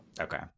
Okay